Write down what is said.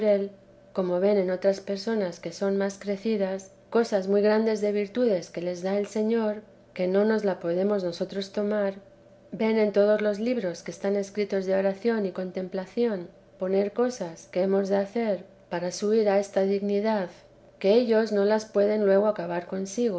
como ven en otras personas que son más crecidas cosas muy grandes de virtudes que les da el señor que no nos las podemos nosotros tomar ven en todos los libros que están escritos de oración y contemplación poner cosas que hemos de hacer para subir a esta dignidad que ellos no las pueden luego acabar